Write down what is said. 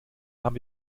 habe